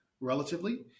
relatively